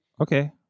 Okay